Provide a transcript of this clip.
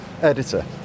editor